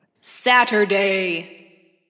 Saturday